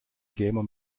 gamer